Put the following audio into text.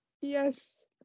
Yes